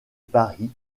paris